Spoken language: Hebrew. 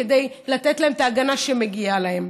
כדי לתת להם את ההגנה שמגיעה להם.